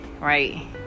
right